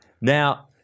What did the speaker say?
now